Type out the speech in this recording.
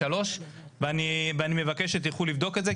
3 ואני מבקש שתלכו לבדוק את זה',